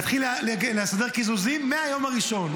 תתחיל לסדר קיזוזים מהיום הראשון.